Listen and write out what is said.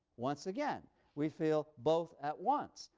once again we feel both at once,